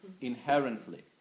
inherently